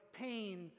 pain